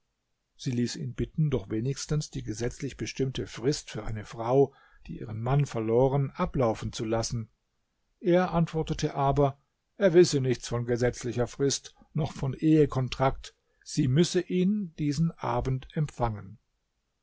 sie ließ ihn bitten doch wenigstens die gesetzlich bestimmte frist für eine frau die ihren mann verloren ablaufen zu lassen er antwortete aber er wisse nichts von gesetzlicher frist noch von ehe kontrakt sie müsse ihn diesen abend empfangen